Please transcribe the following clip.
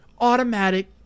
automatic